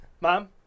mom